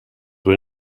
were